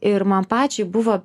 ir man pačiai buvo